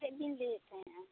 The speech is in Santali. ᱪᱮᱫ ᱵᱤᱱ ᱞᱟᱹᱭᱮᱫ ᱛᱟᱦᱮᱸᱫᱼᱟ